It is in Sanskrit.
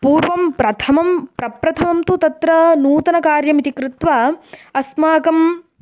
पूर्वं प्रथमं प्रप्रथमं तु तत्र नूतनकार्यम् इति कृत्वा अस्माकं